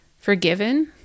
forgiven